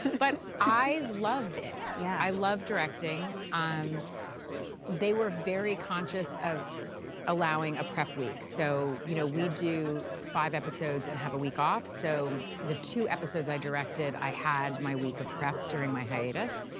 but i love it. yeah i love directing. um they were very conscious of allowing a prep week. so, you know, we do five episodes and have a week off, so the two episodes i directed i had my week of prep during my hiatus,